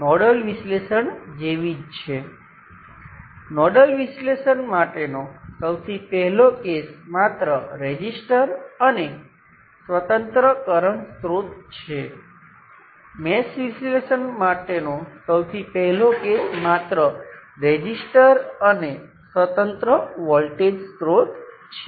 આ બધા નોડ કારણ કે મેં તે બધા નોડને એકસાથે ભેગાં કર્યા છે અને મારી પાસે શું છે મારી પાસે મૂળભૂત રીતે સમાન વોલ્ટેજ સ્ત્રોત સમાંતર છે